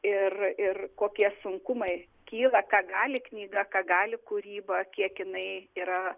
ir ir kokie sunkumai kyla ką gali knyga ką gali kūryba kiek jinai yra